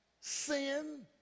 Sin